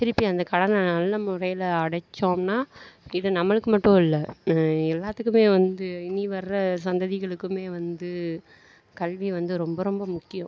திருப்பி அந்த கடனை நல்ல முறையில அடைச்சோம்னா இது நம்மளுக்கு மட்டும் இல்லை எல்லாத்துக்குமே வந்து இனி வர சந்ததிகளுக்குமே வந்து கல்வி வந்து ரொம்ப ரொம்ப முக்கியம்